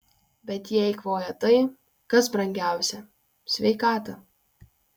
bet jie eikvoja tai kas brangiausia sveikatą